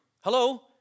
Hello